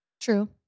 True